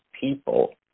people